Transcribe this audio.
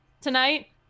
tonight